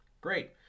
Great